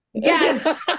Yes